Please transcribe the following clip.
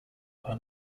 were